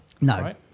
No